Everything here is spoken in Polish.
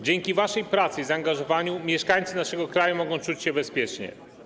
Dzięki waszej pracy i zaangażowaniu mieszkańcy naszego kraju mogą czuć się bezpiecznie.